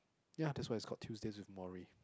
ya that's why it's called Tuesdays with Morrie